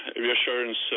reassurance